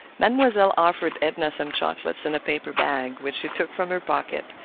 mademoiselle offered edna some chocolates in a paper bag, which she took from her pocket,